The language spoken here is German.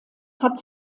hat